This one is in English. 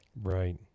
Right